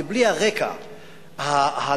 בלי הרקע הנכון,